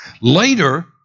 Later